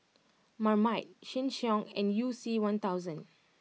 Marmite Sheng Siong and you C One Thousand